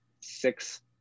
six –